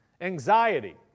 Anxiety